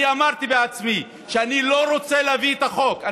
אני אמרתי בעצמי שאני לא רוצה להביא את החוק.